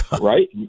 Right